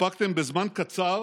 הספקתם בזמן קצר